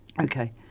Okay